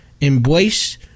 Embrace